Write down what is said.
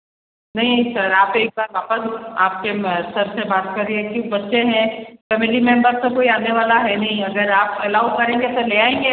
नहीं सर आप तो एक बार वापस आप के मैं सर से बात करिए कि बच्चे हैं फैमिली मेम्बर तो कोई आने वाला है नहीं अगर आप अलाउ करेंगे तो ले आएंगे